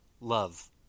love